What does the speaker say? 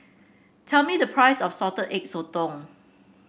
tell me the price of Salted Egg Sotong